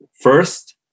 first